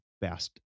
best